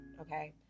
Okay